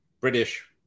British